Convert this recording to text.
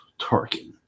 Tarkin